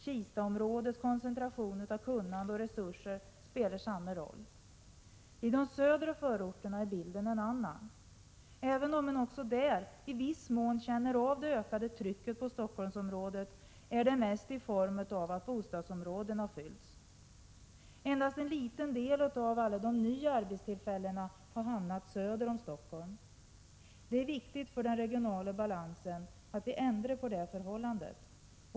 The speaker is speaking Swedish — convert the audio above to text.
Kistaområdets koncentration av kunnande och resurser spelar samma roll. I de södra förorterna är bilden en annan. Även om man också där i viss mån känner av det ökade trycket på Stockholmsområdet, är det mest i form av att bostadsområdena fyllts. Endast en liten del av alla de nya arbetstillfällena har hamnat söder om Stockholm. Det är viktigt för den regionala balansen att vi ändrar på det förhållandet.